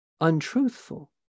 untruthful